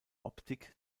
optik